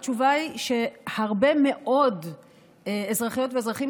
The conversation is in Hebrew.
התשובה היא שהרבה מאוד אזרחיות ואזרחים